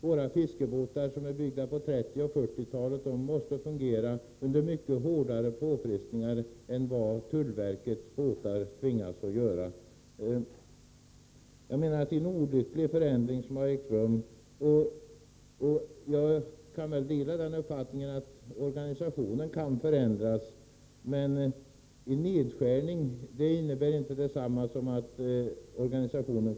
Våra fiskebåtar, som byggdes på 1930 och 1940-talen, måste fungera under mycket hårdare påfrestningar än vad tullverkets båtar tvingas göra. Enligt min mening har en olycklig förändring ägt rum. Jag kan väl hålla med om att organisationen kan förändras. En nedskärning är emellertid inte detsamma som en förändring av organisationen.